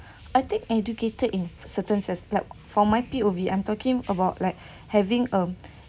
I think educated in certain su~ for P O V I'm talking about like having um